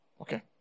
Okay